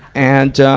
and, ah,